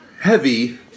heavy